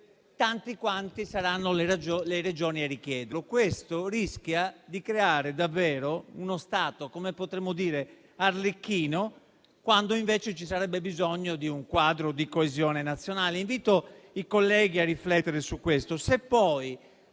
tanti quanti saranno le Regioni che lo chiederanno. Questo rischia di creare davvero uno Stato che come potremmo definire Arlecchino, quando invece ci sarebbe bisogno di un quadro di coesione nazionale. Invito i colleghi a riflettere su questo